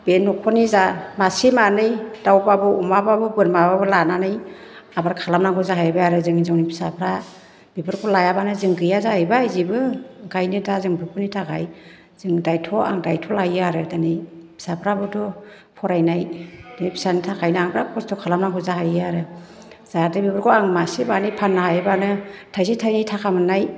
बे नखरनि जा मासे मानै दाउबाबो अमाबाबो बोरमाबाबो लानानै आबार खालामनांगौ जाहैबाय आरो जों हिन्जावनि फिसाफ्रा बेफोरखौ लायाबानो जों गैया जायैबाय जेबो ओंखायनो दा जों बेफोरनि थाखाय जों दायथ' आं दायथ' लायो आरो दिनै फिसाफ्राबोथ' फरायनाय बे फिसानि थाखायनो आं बिराथ खस्थ' खालामनांगौ जाहैयो आरो जाहाथे बेफोरखौ आं मासे मानै फाननो हायोबानो थाइसे थाइनै ताखा मोन्नाय